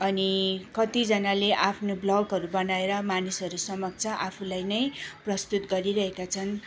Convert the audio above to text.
अनि कतिजनाले आफ्नो भ्लगहरू बनाएर मानिसहरू समक्ष आफूलाई नै प्रस्तुत गरिरहेका छन्